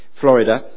Florida